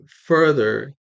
further